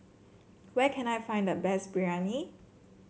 where can I find the best Biryani